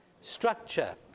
structure